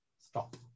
stop